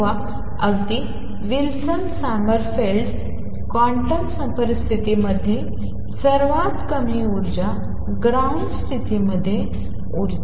किंवा अगदी Wilson Sommerfeld quantum परिस्थितीमध्ये सर्वात कमी ऊर्जा ग्राउंड स्तिथीमध्ये ऊर्जा 02